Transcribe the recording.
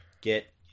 get